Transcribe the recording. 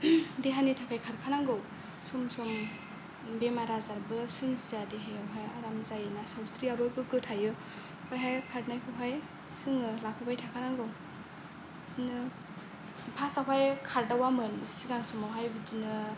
देहानि थाखाय खारखानांगौ सम सम बेमार आजारबो सोमजिया देहायावहाय आराम जायोना सावस्रिआबो गोगो थायो आमफ्रायहाय खारनायखौहाय जोङो लाफाबाय थाखानांगौ बिदिनो फार्स्टआवहाय खारदावामोन सिगां समावहाय बिदिनो